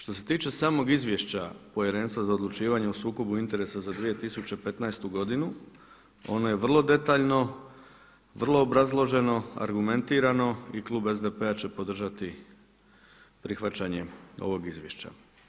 Što se tiče samog izvješća Povjerenstva za odlučivanje o sukobu interesa za 2015. godinu, ono je vrlo detaljno, vrlo obrazloženo, argumentirano i klub SDP-a će podržati prihvaćanje ovog izvješća.